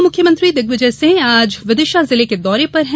पूर्व मुख्यमंत्री दिग्विजय सिंह आज विदिशा जिले के दौरे पर हैं